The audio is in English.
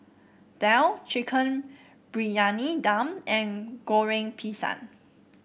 daal Chicken Briyani Dum and Goreng Pisang